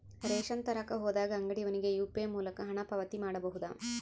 Ration ತರಕ ಹೋದಾಗ ಅಂಗಡಿಯವನಿಗೆ ಯು.ಪಿ.ಐ ಮೂಲಕ ಹಣ ಪಾವತಿ ಮಾಡಬಹುದಾ?